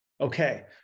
Okay